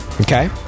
Okay